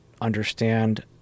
understand